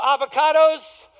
avocados